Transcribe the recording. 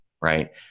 right